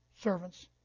servants